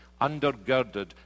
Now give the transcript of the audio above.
undergirded